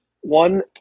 One